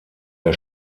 der